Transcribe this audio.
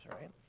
right